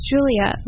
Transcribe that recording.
Julia